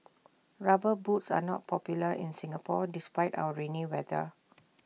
rubber boots are not popular in Singapore despite our rainy weather